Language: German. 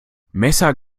messer